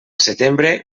setembre